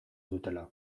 dutela